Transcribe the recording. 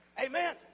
Amen